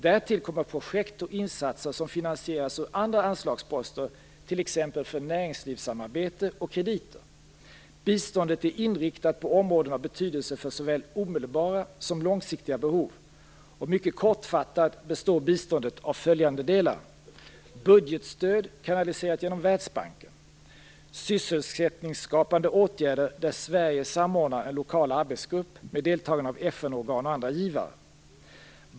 Därtill kommer projekt och andra insatser som finansieras ur andra anslagsposter, t.ex. för näringslivssamarbete och krediter. Biståndet är inriktat på områden av betydelse för såväl omedelbara som långsiktiga behov. Mycket kortfattat består biståndet av följande delar: Sysselsättningsskapande åtgärder, där Sverige samordnar en lokal arbetsgrupp med deltagande av FN-organ och andra givare.